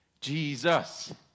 Jesus